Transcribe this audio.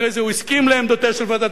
אחרי זה הוא הסכים לעמדתה של ועדת-פלסנר,